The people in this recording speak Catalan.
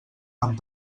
amb